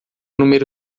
número